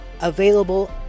Available